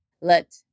let